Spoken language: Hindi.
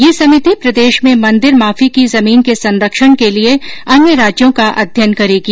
यह समिति प्रदेश में मंदिर माफी की जमीन के संरक्षण के लिए अन्य राज्यों का अध्ययन करेगी